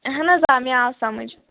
اَہَن حظ آ مےٚ آو سَمٕجھ